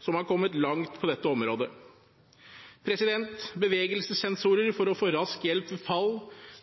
som har kommet langt på dette området. Bevegelsessensorer for å få rask hjelp ved fall,